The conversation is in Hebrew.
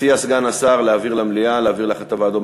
הציע סגן השר להעביר למליאה או להעביר לאחת הוועדות.